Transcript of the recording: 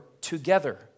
together